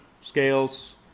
scales